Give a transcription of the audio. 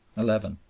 eleven.